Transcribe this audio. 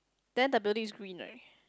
then the building is green right